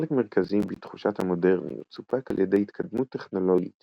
חלק מרכזי בתחושת ה"מודרניות" סופק על ידי התקדמות טכנולוגית